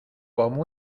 como